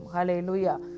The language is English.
Hallelujah